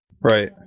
Right